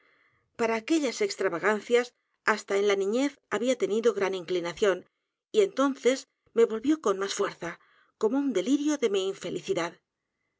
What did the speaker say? a aquellas extravagancias hasta en la niñez había tenido g r a n inclinación y entonces me volvió con más fuerza como un delirio de mi infelicidad